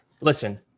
listen